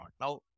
Now